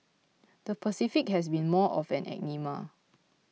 the Pacific has been more of an enigma